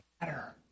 matter